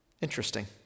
interesting